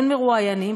אין מרואיינים,